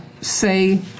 say